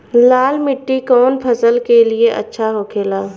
लाल मिट्टी कौन फसल के लिए अच्छा होखे ला?